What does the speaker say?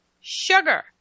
sugar